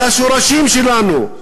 על השורשים שלנו,